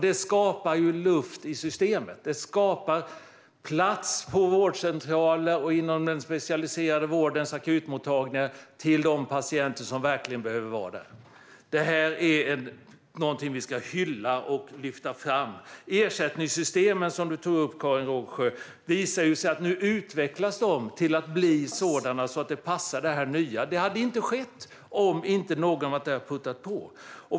Detta skapar luft i systemet och plats på vårdcentralen och inom den specialiserade vårdens akutmottagningar för de patienter som verkligen behöver vara där. Det här är någonting vi ska hylla och lyfta fram. Nu visar det sig att ersättningssystemen, som Karin Rågsjö tog upp, utvecklas så att de passar det här nya. Det hade inte skett om inte någon varit där och puttat på.